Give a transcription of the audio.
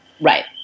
Right